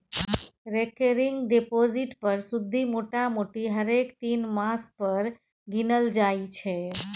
recurring deposit पर सुदि मोटामोटी हरेक तीन मास पर गिनल जाइ छै